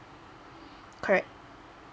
correct